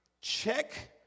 check